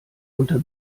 unter